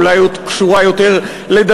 או אולי קשורה יותר לדתות,